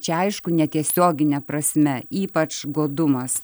čia aišku netiesiogine prasme ypač godumas